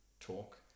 Talk